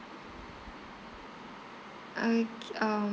I c~ uh